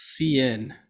cn